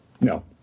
No